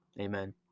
Amen